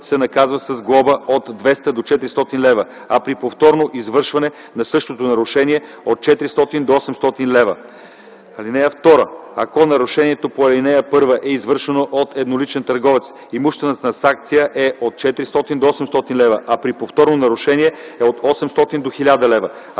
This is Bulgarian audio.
лв. (2) Ако нарушението по ал. 1 е извършено от едноличен търговец, имуществената санкция е от 400 до 800 лв., а при повторно нарушение – от 800 до 1000 лв.